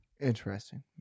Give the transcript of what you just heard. Interesting